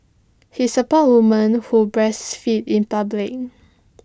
he supports woman who breastfeed in public